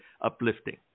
uplifting